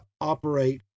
operate